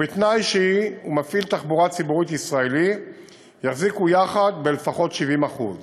ובתנאי שהיא ומפעיל תחבורה ציבורית ישראלי יחזיקו יחד ב-70% לפחות.